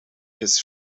his